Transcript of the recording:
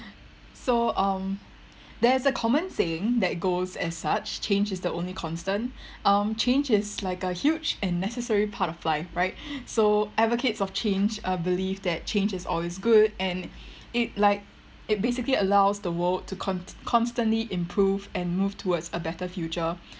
so um there's a common saying that goes as such change is the only concern um change is like a huge and necessary part of life right so advocates of change uh believe that change is always good and it like it basically allows the world to cons~ constantly improve and move towards a better future